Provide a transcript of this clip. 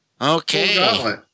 Okay